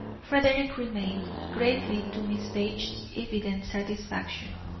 frederick remained, greatly to miss page's evident satisfaction.